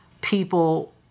people